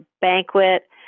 banquet